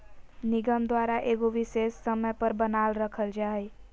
निगम द्वारा एगो विशेष समय पर बनाल रखल जा हइ